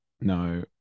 No